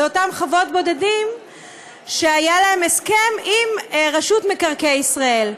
אותן חוות בודדים שהיה להן הסכם עם רשות מקרקעי ישראל.